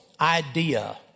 idea